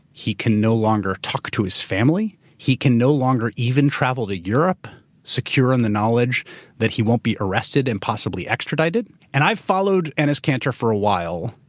he can no longer talk to his family. he can no longer even travel to europe secure in the knowledge that he won't be arrested and possibly extradited. and i've followed and enes kanter for a while.